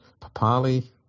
Papali